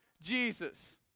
Jesus